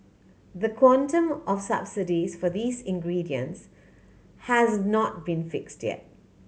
the quantum of subsidies for these ingredients has not been fixed yet